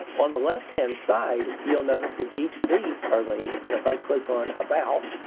on the left-hand side, you'll notice that each of these are links. and if i click on about,